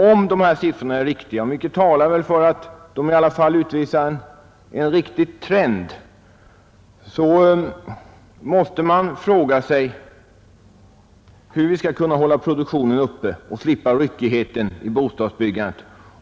Om siffrorna är riktiga — och mycket talar väl för att de i alla fall utvisar en riktig trend — måste man fråga sig hur vi skall kunna hålla produktionen uppe och slippa ryckigheten i bostadsbyggandet.